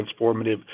transformative